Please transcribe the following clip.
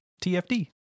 TFD